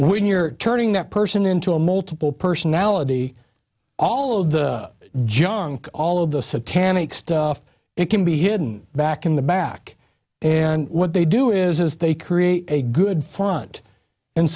when you're turning that person into a multiple personality all of the junk all of the satanic stuff it can be hidden back in the back and what they do is they create a good front and